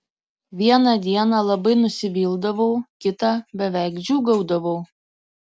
vieną dieną labai nusivildavau kitą beveik džiūgaudavau